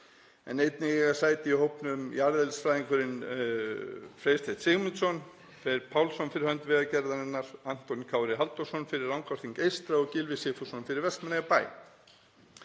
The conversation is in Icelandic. en einnig eiga sæti í hópnum jarðeðlisfræðingurinn Freysteinn Sigmundsson, Freyr Pálsson fyrir hönd Vegagerðarinnar, Anton Kári Halldórsson fyrir Rangárþing eystra og Gylfi Sigfússon fyrir Vestmannaeyjabæ.